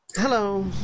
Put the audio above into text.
Hello